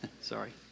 Sorry